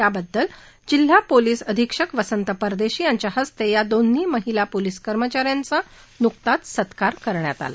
त्याबद्दल जिल्हा पोलिस अधीक्षक वसंत परदेशी यांच्या हस्ते या दोन्ही महिला पोलिस कर्मचाऱ्यांचा न्कताच सत्कार करण्यात आला